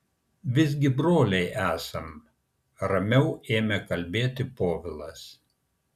visgi broliai esam ramiau ėmė kalbėti povilas